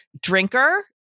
drinker